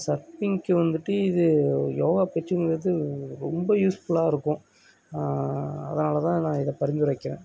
சர்ஃபிங்க்கு வந்துகிட்டு இது யோகா பயிற்சிங்கிறது ரொம்ப யூஸ்ஃபுல்லாக இருக்கும் அதனால் தான் நான் இதை பரிந்துரைக்கிறேன்